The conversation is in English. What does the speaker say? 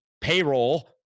payroll